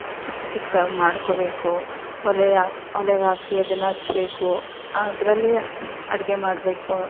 ಚಿಕ್ಕ ಚಿಕ್ದಾಗಿ ಮಾಡ್ಕೊಬೇಕು ಒಲೆಯ ಒಲೆಗ್ಹಾಕಿ ಅದನ್ನು ಹಚ್ಚಬೇಕು ಅದರಲ್ಲಿ ಅಡುಗೆ ಮಾಡಬೇಕು